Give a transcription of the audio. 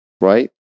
Right